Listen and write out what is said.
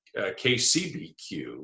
KCBQ